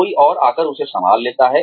कोई और आकर उसे संभाल लेता है